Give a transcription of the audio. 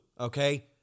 Okay